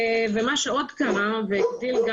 מה שעוד קרה והגדיל,